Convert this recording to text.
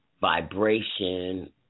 vibration